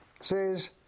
says